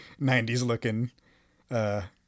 90s-looking